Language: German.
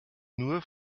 nur